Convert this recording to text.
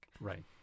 right